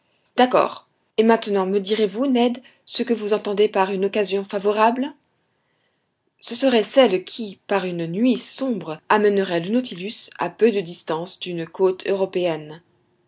d'accord et maintenant me direz-vous ned ce que vous entendez par une occasion favorable ce serait celle qui par une nuit sombre amènerait le nautilus à peu de distance d'une côte européenne